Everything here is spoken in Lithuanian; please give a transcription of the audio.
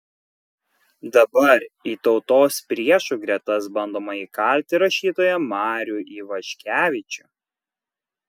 dabar į tautos priešų gretas bandoma įkalti rašytoją marių ivaškevičių